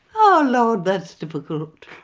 oh lord, that's difficult.